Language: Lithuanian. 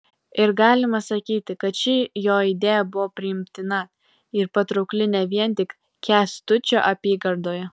ir galima sakyti kad ši jo idėja buvo priimtina ir patraukli ne vien tik kęstučio apygardoje